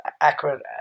accurate